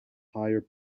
higher